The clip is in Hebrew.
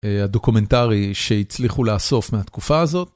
הדוקומנטרי שהצליחו לאסוף מהתקופה הזאת.